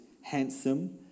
handsome